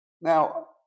Now